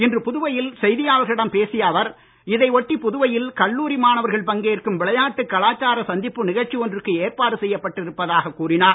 இன்று புதுவையில் செய்தியாளர்களிடம் பேசிய அவர் இதை ஒட்டி புதுவையில் கல்ல்லூரி மாணவர்கள் பங்கேற்கும் விளையாட்டு கலாச்சார சந்திப்பு நிகழ்ச்சி ஒன்றுக்கு ஏற்பாடு செய்யப் பட்டிருப்பதாகக் கூறினார்